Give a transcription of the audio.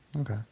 Okay